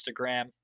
Instagram